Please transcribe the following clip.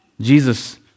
Jesus